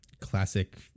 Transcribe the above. classic